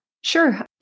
Sure